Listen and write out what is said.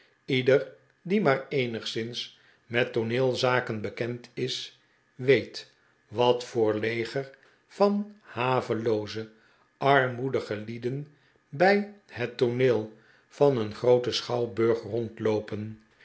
ieder die maar eenigszins met tooneelzaken bekend is weet wat voor leger van havelooze armoedige lieden bij het tooneel van een grooten schouwburg rondloopen